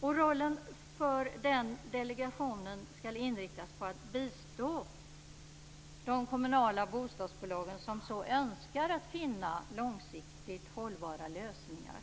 Rollen för denna delegation skall inriktas på att bistå de kommunala bostadsbolag som så önskar att finna långsiktigt hållbara lösningar.